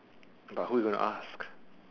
but who you gonna ask